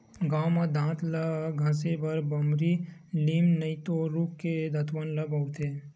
गाँव म दांत ल घसे बर बमरी, लीम नइते रूख के दतवन ल बउरथे